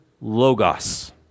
logos